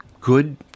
good